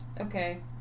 Okay